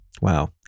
Wow